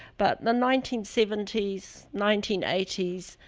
but the nineteen seventy s, nineteen eighty s,